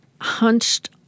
hunched